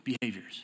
behaviors